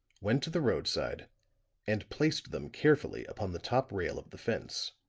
went to the roadside and placed them carefully upon the top rail of the fence.